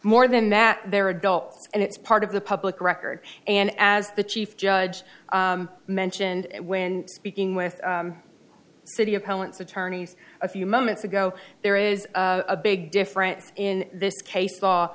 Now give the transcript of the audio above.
more than that they're adults and it's part of the public record and as the chief judge mentioned when speaking with city opponents attorneys a few moments ago there is a big difference in this case law